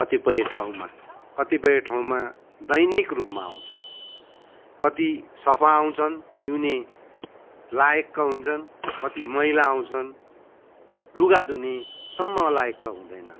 कतिपय ठाउँमा कतिपय ठाउँमा दैनिक रूपमा आउँछ कति सफा आउँछन् पिउने लायकका हुन्छन् कति मैला आउँछन् लुगा धुनेसम्म लायकका हुँदैनन्